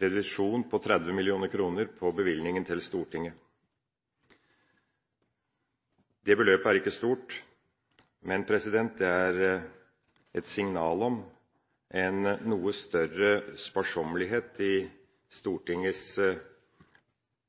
reduksjon på 30 mill. kr på bevilgningen til Stortinget. Det beløpet er ikke stort, men det er et signal om en noe større sparsommelighet i Stortingets